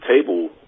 table